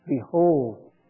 Behold